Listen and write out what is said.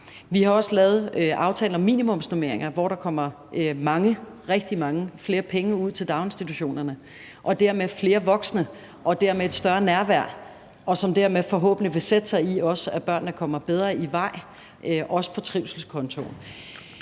Vi har også lavet aftalen om minimumsnormeringer, hvor der kommer mange, rigtig mange, flere penge ud til daginstitutionerne og dermed flere voksne og dermed et større nærvær, som forhåbentlig også vil sætte sig i, at børnene kommer bedre i vej, også på trivselskontoen.